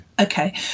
Okay